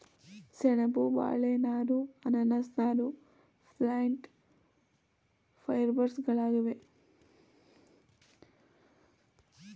ಸೆಣಬು, ಬಾಳೆ ನಾರು, ಅನಾನಸ್ ನಾರು ಪ್ಲ್ಯಾಂಟ್ ಫೈಬರ್ಸ್ಗಳಾಗಿವೆ